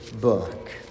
book